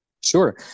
Sure